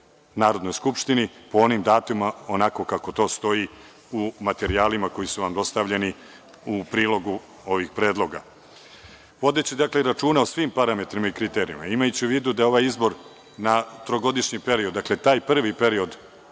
Narodnoj skupštini po onim datumima onako kako to stoji u materijalima koji su vam dostavljeni u prilogu ovih predloga. Vodeći, dakle, računa o svim parametrima i kriterijumima, imaju u vidu da je ovaj izbor na trogodišnji period, dakle, taj prvi period